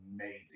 amazing